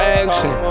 action